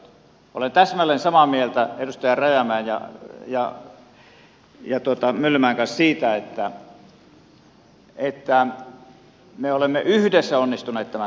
olen täsmälleen samaa mieltä edustaja rajamäen ja myllykosken kanssa siitä että me olemme yhdessä onnistuneet tämän tekemään